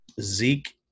Zeke